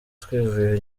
twivuye